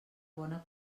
bona